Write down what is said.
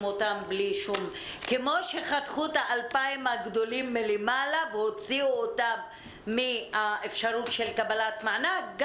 כמו שחתכו את ה-2,000 הגדולים מלמעלה והוציאו אותם מאפשרות קבלת המענק,